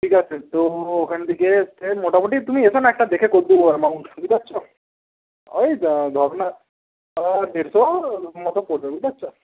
ঠিক আছে তো ওখান থেকে হচ্ছে মোটমুটি তুমি এসো না একটা দেখে কর দেবো অ্যামাউন্ট বুঝতে পারছো ওই ধরো না ওই দেড়শো এরকম মতো পড়বে বুঝতে পারছ